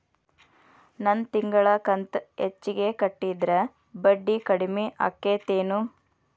ನನ್ ತಿಂಗಳ ಕಂತ ಹೆಚ್ಚಿಗೆ ಕಟ್ಟಿದ್ರ ಬಡ್ಡಿ ಕಡಿಮಿ ಆಕ್ಕೆತೇನು?